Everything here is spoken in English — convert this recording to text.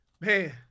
man